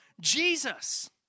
Jesus